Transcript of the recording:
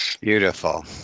Beautiful